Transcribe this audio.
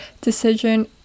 decision